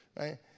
right